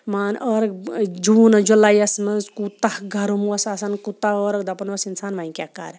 مان عٲرَق جوٗن جُلاے یَس منٛز کوٗتاہ گرم اوس آسان کوٗتاہ عٲرَق دَپان اوس اِنسان وَنہِ کیٛاہ کَرٕ